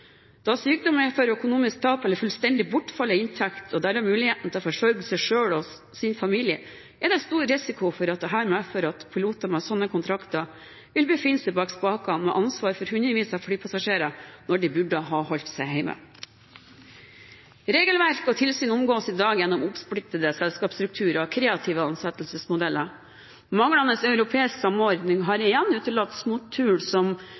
Da sykdom medfører økonomisk tap eller fullstendig bortfall av inntekt og derav muligheten til å forsørge seg selv og sin familie, er det stor risiko for at dette medfører at piloter med slike kontrakter vil befinne seg bak spakene med ansvar for hundrevis av flypassasjerer når de burde ha holdt seg hjemme. Regelverk og tilsyn omgås i dag gjennom oppsplittede selskapsstrukturer og kreative ansettelsesmodeller. Manglende europeisk samordning har igjen